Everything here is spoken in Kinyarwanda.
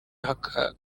hakabanza